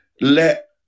let